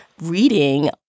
reading